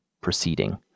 proceeding